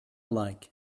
like